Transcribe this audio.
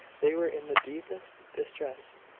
they were in the deepest distress.